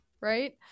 right